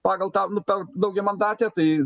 pagal tą nu per daugiamandatę tai